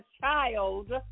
child